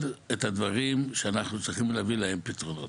את הדברים שאנחנו צריכים להביא אליהם פתרונות.